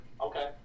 Okay